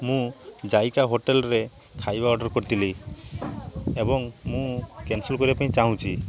ମୁଁ ଜାଇକା ହୋଟେଲ୍ରେ ଖାଇବା ଅର୍ଡ଼ର୍ କରିଥିଲି ଏବଂ ମୁଁ କ୍ୟାନ୍ସଲ୍ କରିବାପାଇଁ ଚାହୁଁଛି